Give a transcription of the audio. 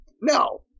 No